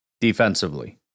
defensively